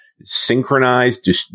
synchronized